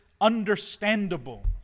understandable